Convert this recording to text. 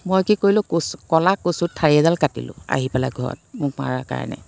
মই কি কৰিলোঁ কচু ক'লা কচুৰ ঠাৰি এডাল কাটিলোঁ আহি পেলাই ঘৰত মোক মাৰা কাৰণে